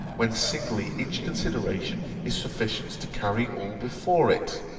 when singly each consideration is sufficient to carry all before it!